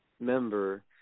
member